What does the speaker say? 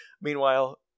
Meanwhile